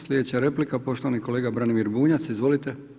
Slijedeća replika poštovani kolega Branimir Bunjac, izvolite.